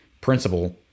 principle